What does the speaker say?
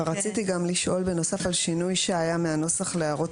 רציתי גם לשאול בנוסף על שינוי שהיה מהנוסח להערות